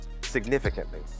significantly